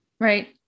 Right